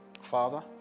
Father